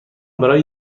برای